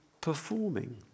performing